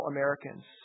Americans